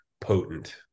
potent